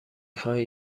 خواهید